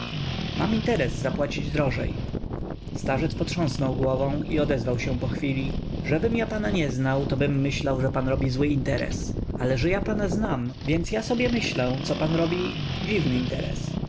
mam interes zapłacić drożej starzec potrząsnął głową i odezwał się pochwili żebym ja pana nie znał tobym myśłał że pan robi zły interes ale że ja pana znam więc ja sobie myślę co pan robi dziwny interes